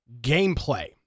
gameplay